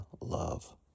love